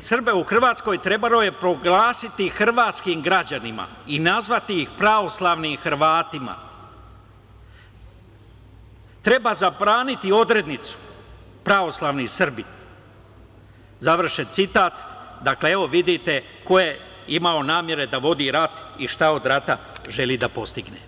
Srbe u Hrvatskoj, trebalo je proglasiti hrvatskim građanima i nazvati ih pravoslavnim hrvatima, treba zabraniti odrednicu pravoslavni Srbi, završen citat, dakle, evo vidite ko je imao nameru da vodi rat i šta od rata želi da postigne.